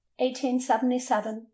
1877